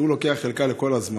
הוא לוקח חלקה לכל הזמן.